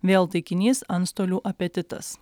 vėl taikinys antstolių apetitas